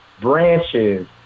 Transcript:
branches